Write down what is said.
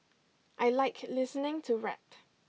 I like listening to rap